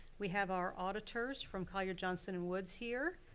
we have our auditors from collier, johnson and woods here,